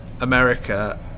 America